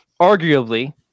arguably –